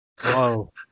Whoa